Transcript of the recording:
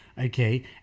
Okay